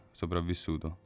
sopravvissuto